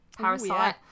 parasite